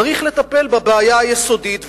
צריך לטפל בבעיה היסודית,